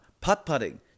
Putt-putting